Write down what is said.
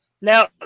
Now